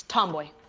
tomboy.